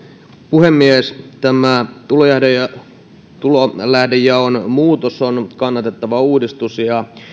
puhemies tämä tulolähdejaon muutos on kannatettava uudistus ja ja